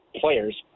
players